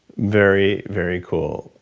very, very cool.